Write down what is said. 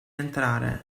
entrare